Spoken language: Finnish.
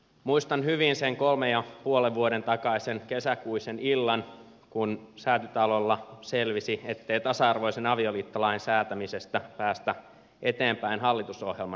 muistan hyvin sen kolmen ja puolen vuoden takaisen kesäkuisen illan kun säätytalolla selvisi ettei tasa arvoisen avioliittolain säätämisessä päästä eteenpäin hallitusohjelman muodossa